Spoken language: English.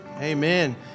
Amen